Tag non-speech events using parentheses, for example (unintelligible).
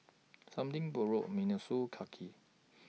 Something Borrowed Miniso (unintelligible)